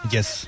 Yes